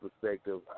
perspective